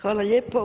Hvala lijepo.